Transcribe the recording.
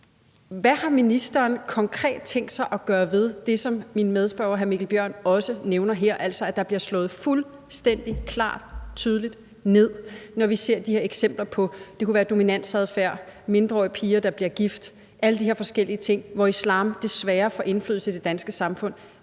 Hvad har ministeren konkret tænkt sig at gøre ved det, som min medspørger, hr. Mikkel Bjørn, også nævner her, altså så der bliver slået fuldstændig klart og tydeligt ned, når vi ser eksempler på de her ting? Det kunne være dominansadfærd, mindreårige piger, der bliver gift, og alle de her forskellige ting, hvor islam desværre får indflydelse i det danske samfund.